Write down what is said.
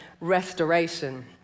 restoration